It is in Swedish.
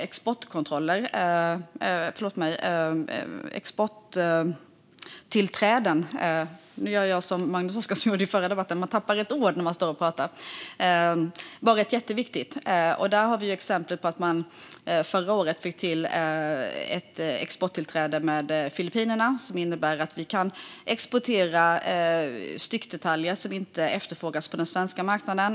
Exporttillträden har varit mycket viktiga. Där finns exemplet att man förra året fick till ett exporttillträde med Filippinerna, som innebär att vi kan exportera styckdetaljer som inte efterfrågas på den svenska marknaden.